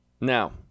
now